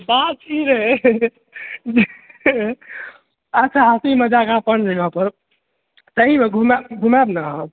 बात ई रहय जे अच्छा हँसी मजाक अपन जगह पर सहीमे घुमाय न अहाँ